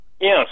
Yes